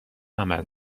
عمل